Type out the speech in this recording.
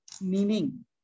meaning